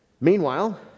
Meanwhile